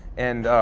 and,